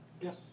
Yes